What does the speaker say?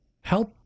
help